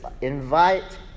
invite